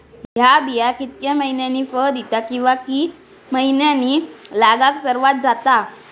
हया बिया कितक्या मैन्यानी फळ दिता कीवा की मैन्यानी लागाक सर्वात जाता?